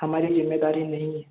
हमारी जिम्मेदारी नहीं है